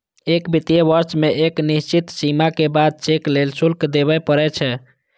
एक वित्तीय वर्ष मे एक निश्चित सीमा के बाद चेक लेल शुल्क देबय पड़ै छै